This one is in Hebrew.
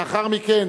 לאחר מכן